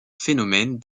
phénomène